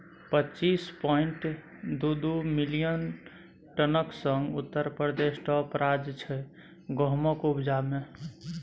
पच्चीस पांइट दु दु मिलियन टनक संग उत्तर प्रदेश टाँप राज्य छै गहुमक उपजा मे